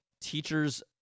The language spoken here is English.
teachers